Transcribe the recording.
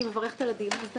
אני מברכת על הדיון הזה,